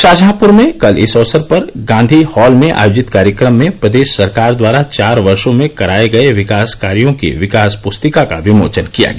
शाहजहांपुर में कल इस अवसर पर गांधी हॉल में आयोजित कार्यक्रम में प्रदेश सरकार द्वारा चार वर्षो में कराये गये विकास कार्यों की विकास पुरितका का विमोचन किया गया